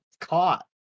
caught